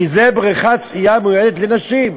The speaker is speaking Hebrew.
כי זו בריכת שחייה המיועדת לנשים.